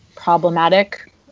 problematic